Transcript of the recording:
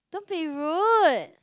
don't be rude